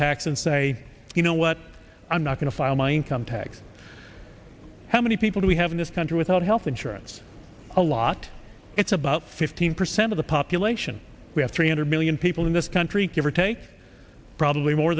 tax and say you know what i'm not going to file my income tax how many people do we have in this country without health insurance a lot it's about fifteen percent of the population we have three hundred million people in this country